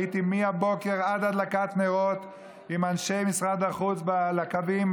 הייתי מהבוקר עד הדלקת נרות עם אנשי משרד החוץ על הקווים,